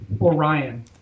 Orion